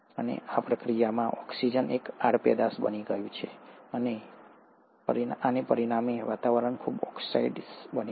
અને આ પ્રક્રિયામાં ઓક્સિજન એક આડપેદાશ બની ગયું છે અને પરિણામે વાતાવરણ ખૂબ ઓક્સિડાઇઝ્ડ બને છે